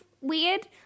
weird